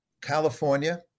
California